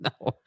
No